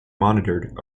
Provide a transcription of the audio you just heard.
monitored